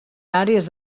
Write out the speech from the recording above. àrees